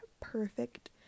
perfect